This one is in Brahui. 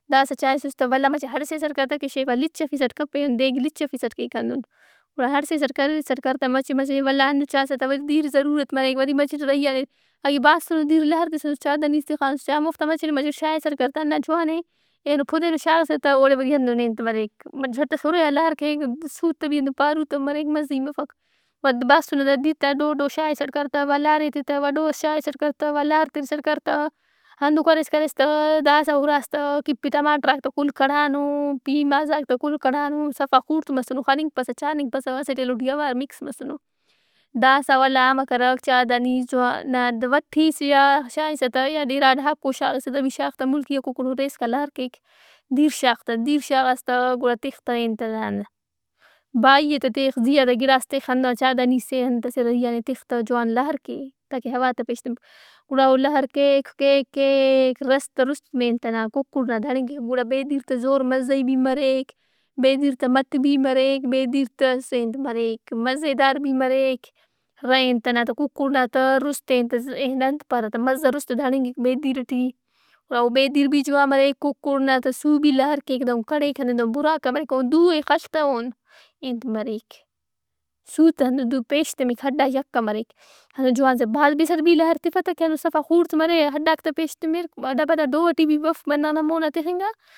داسا چائسُس تہ ولدا مچہ ہڑسِسٹ کر تہ کہ شیف آن لِچِّفسٹ کپ۔ پین دیگ لچفِسٹ کیک ہندن۔ گڑا ہڑسِسٹ کر۔ ہڑسِسٹ کرتہ مچہ مچہ۔ ولدا ہندن چاسہ تہ دیرضرورت مرے۔ وری مچٹ رہی آ نے اگہ باسُنو دیر لہر تِسُٗنُس چادانیِس تِخانُس۔ چا ہموفتے آن مچٹ مچٹ شاغسا کر تہ۔ ہنّا جوان اے۔ ایلو پُدینو شاغسہ تہ اوڑے وری ہندن اے انت مریک جٹ ئس اُرے آ لہر کیک۔ سوتہ بھی ہندن پاروتہ مریک مزہی مفک۔ ولدا باسنا دا دیر تہ ڈو ڈو شاغسہ کر تہ وا لہر ایتہِ تہ۔ وا دو ئس شاغسٹ کر تہ وا لہر تِرسَٹ کر تہ۔ ہندن کریس کریس تہ داسا ہُراس تہ کہ پ-ٹماٹراک تہ کل کڑھانو، پیمازاک تہ کل کڑھانو صفا خوڑت مسنو، خننگپسہ، چاننگپسہ اسٹ ایلو ٹی اوار مکس مسنو۔ داسا ولدا امر کرک چادانِیس جوان ہن- وٹی سے آ شاغسہ تہ یا ڈیرا ڈھاکو شاغسہ تہ بھی شاغ تہ ملکیئا ککڑ اُرے اسکا لہر کیک۔ دیر شاغ تہ، دیر شاغاس تہ گُڑا تِخ تہ اے اانت ئنا بائی ئے تہ تِخ، زیا تہ گِڑاس تِخ۔ ہندا چادانیِس اے انت ئسے رہی آ نا تِخ تہ جوان لہر کے تاکہ ہوا تہ پیش تمپ۔ گُڑا او لہر کیک کیک کیک رس تہ رُست ہمے انت ئنا کُکڑ نا دڑِنگک گُڑا بیدیر تہ زور مزہی بھی مریک۔ بیدیر تہ مٹ بھی مریک۔ بیدیر تہ سے- انت مریک مزیدار بھی مریک۔ رہے- انت ئنا تہ کُکڑ نا تہ رُست ئے انت ئس اے انت پارہ تہ مزہ رُست دڑینگِک بیدیر ئٹی۔ او بیدیر بھی جوان مریک کُکڑ نا نہ سُو بھی لہر کیک دہن کڑھیک ہندن دہن بُراکہ مریک۔ اوہن دُو ئے خڷ تہ اوہن ئے- انت مریک سُو تہ ہندن دہن پیش تمک ہڈ آن یکہ مریک۔ ہندن جوان بھاز بِسر بھی لہر تِفہ تہ کہ صفا خوڑت مرے ہڈاک تہ پیش تمر۔ پدا دوٹی بف بندغ نا مونا تِخِنگ آ۔